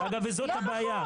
זאת הבעיה.